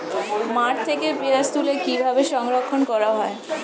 মাঠ থেকে পেঁয়াজ তুলে কিভাবে সংরক্ষণ করা হয়?